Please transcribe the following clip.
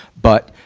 but,